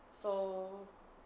so